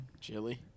chili